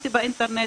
שילמתי באינטרנט,